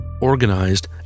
organized